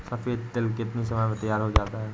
सफेद तिल कितनी समय में तैयार होता जाता है?